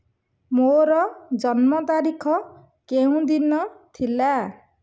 ମୋର ଜନ୍ମ ତାରିଖ କେଉଁ ଦିନ ଥିଲା